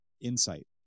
insight